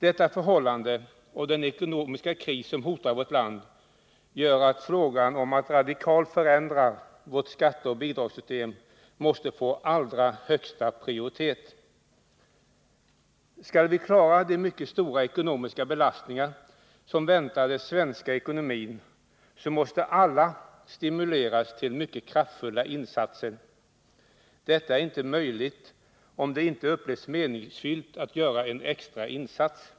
Detta förhållande och den ekonomiska kris som hotar vårt land gör att frågan om att radikalt förändra vårt skatteoch bidragssystem måste få allra högsta prioritet. Skall vi klara de mycket stora ekonomiska belastningar som väntar den svenska ekonomin, så måste alla stimuleras till mycket kraftfulla insatser. Detta är inte möjligt om det inte upplevs meningsfullt att göra en extra insats.